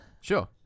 Sure